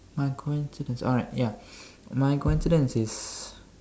my coincidence alright ya my coincidence is